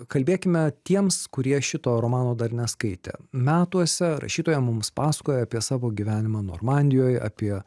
kalbėkime tiems kurie šito romano dar neskaitė metuose rašytoja mums pasakoja apie savo gyvenimą normandijoj apie